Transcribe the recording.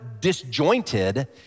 disjointed